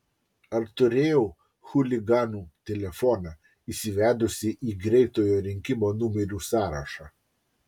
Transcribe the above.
ar turėjau chuliganų telefoną įsivedusi į greitojo rinkimo numerių sąrašą